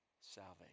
salvation